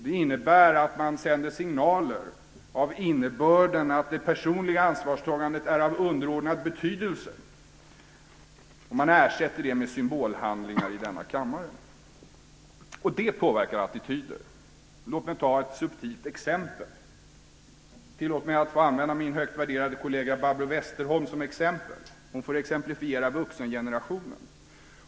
Det innebär att man sänder signaler av innebörden att det personliga ansvarstagandet är av underordnad betydelse. Man ersätter det med symbolhandlingar i denna kammare. Och det påverkar attityder. Låt mig ta ett subtilt exempel. Tillåt mig att få använda min högt värderade kollega Barbro Westerholm som exempel. Hon får exemplifiera vuxengenerationen.